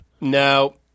No